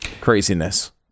craziness